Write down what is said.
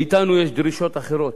מאתנו יש דרישות אחרות,